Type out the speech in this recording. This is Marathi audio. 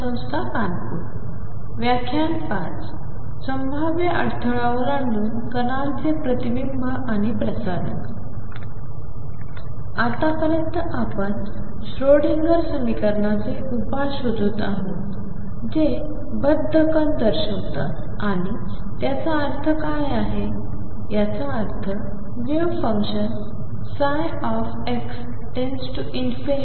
संभाव्य अडथळा ओलांडून कणांचे प्रतिबिंब आणि प्रसारण आतापर्यंत आपण श्रोडिंगर समीकरणाचे उपाय शोधत आहोत जे बद्ध कण दर्शवतात आणि त्याचा अर्थ काय आहे याचा अर्थ वेव्ह फंक्शन ψ x →∞∞→ 0